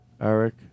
Eric